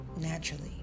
naturally